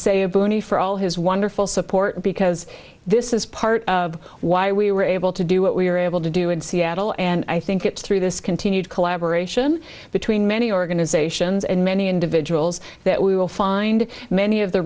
boonie for all his wonderful support because this is part of why we were able to do what we were able they do in seattle and i think it's through this continued collaboration between many organizations and many individuals that we will find many of the